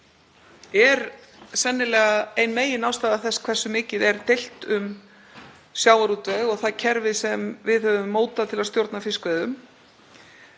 er sennilega ein meginástæða þess hversu mikið er deilt um sjávarútveg og það kerfi sem við höfum mótað til að stjórna fiskveiðum.